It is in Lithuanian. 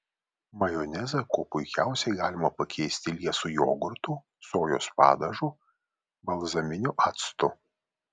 majonezą kuo puikiausiai galima pakeisti liesu jogurtu sojos padažu balzaminiu actu